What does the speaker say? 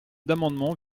d’amendements